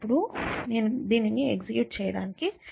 ఇప్పుడు నేను దానిని ఎగ్జిక్యూట్ చేయడానికి సిద్ధంగా ఉన్నాను